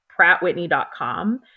PrattWhitney.com